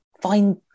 find